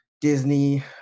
Disney